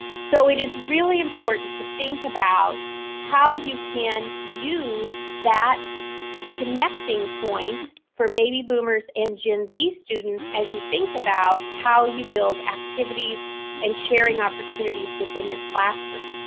so, it is really important to think about how you can use that connecting point for baby boomers and gen z students as you think about how you build activities and sharing opportunities within your classroom.